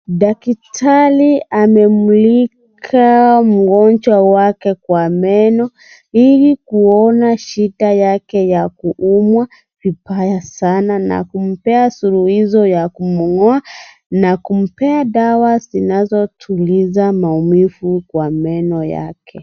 Daktari amemulika mgonjwa wake kwa meno ili kuona shida yake ya kuumwa vibaya sana na kumpea suluhisho ya kumng'oa na kumpea dawa zinazotuliza maumivu kwa meno yake.